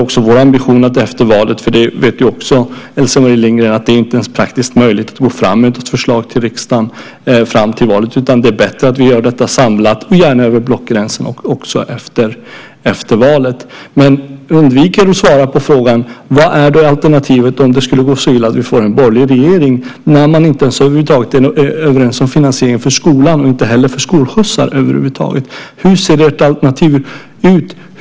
Else-Marie Lindgren vet ju också att det inte är praktiskt möjligt att gå fram med ett förslag till riksdagen före valet, utan det är bättre att vi gör detta samlat, gärna över blockgränsen, efter valet. Men du undviker att svara på frågan: Vad är då alternativet om det skulle gå så illa att vi får en borgerlig regering när ni över huvud taget inte är överens om finansieringen av skolan och inte heller av skolskjutsar? Hur ser detta alternativ ut?